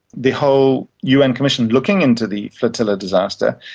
the whole un commission looking into the flotilla disaster,